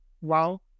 Wow